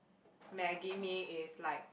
maggie-mee is like